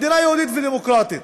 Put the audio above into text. מדינה יהודית ודמוקרטית.